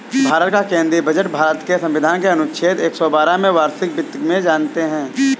भारत का केंद्रीय बजट भारत के संविधान के अनुच्छेद एक सौ बारह में वार्षिक वित्त में जानते है